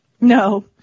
No